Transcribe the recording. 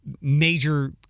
major